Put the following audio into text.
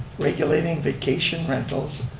regulating vacation rentals.